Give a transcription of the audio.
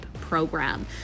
program